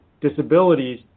disabilities